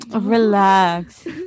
relax